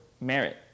merit